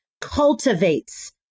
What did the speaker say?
cultivates